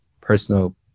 personal